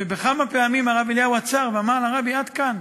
ובכמה פעמים הרב אליהו עצר ואמר לרבי: עד כאן,